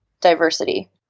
diversity